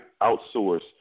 outsource